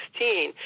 2016